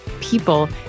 people